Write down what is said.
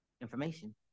information